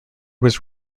was